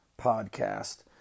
podcast